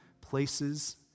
places